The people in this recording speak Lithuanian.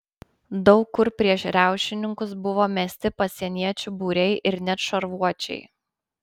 daug kur prieš riaušininkus buvo mesti pasieniečių būriai ir net šarvuočiai